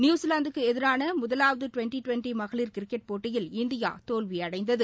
நியுசிலாந்துக்கு எதிரான முதலாவது twenty twenty மகளிர் கிரிக்கெட் போட்டியில் இந்தியா தோல்வியடைந்தது